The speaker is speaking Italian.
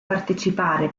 partecipare